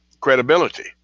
credibility